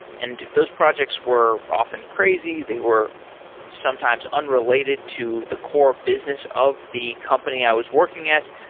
and those projects were often crazy. they were sometimes unrelated to the core business of the company i was working at.